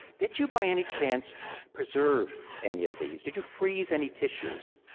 did you by any chance preserve any of these, did you freeze any tissues?